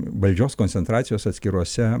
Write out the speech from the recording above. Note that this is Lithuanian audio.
valdžios koncentracijos atskiruose